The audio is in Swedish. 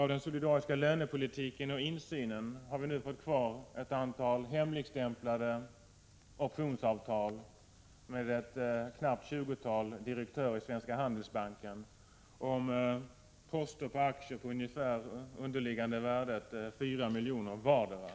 Av den solidariska lönepolitiken och insynen har vi nu fått kvar ett antal hemligstämplade optionsavtal med ett knappt tjugotal direktörer i Svenska Handelsbanken om aktieposter till ett underliggande värde av ungefär 4 milj.kr. vardera.